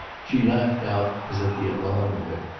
she laughed out as at the alarm of it.